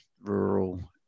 rural